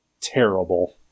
terrible